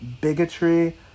bigotry